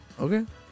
Okay